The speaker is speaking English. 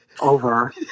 over